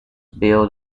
billed